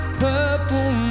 purple